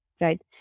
right